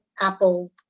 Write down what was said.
Apple